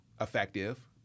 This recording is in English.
effective